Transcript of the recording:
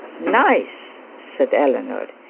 nice! said eleanor.